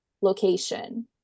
location